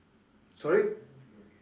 sorry